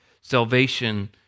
salvation